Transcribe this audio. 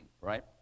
right